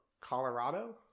colorado